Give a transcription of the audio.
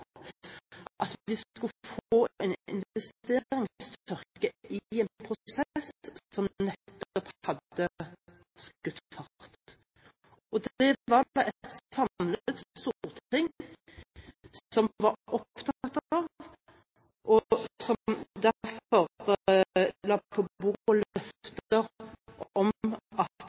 at vi skulle få en investeringstørke i en prosess som nettopp hadde skutt fart. Det var et samlet storting som var opptatt av dette, og som derfor la på bordet løfter om at